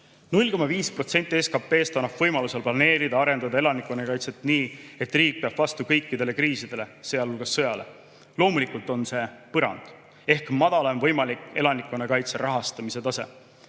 0,5% SKT‑st annab võimaluse planeerida ja arendada elanikkonnakaitset nii, et riik peab vastu kõikidele kriisidele, sealhulgas sõjale. Loomulikult on see põrand ehk madalaim võimalik elanikkonnakaitse rahastamise tase.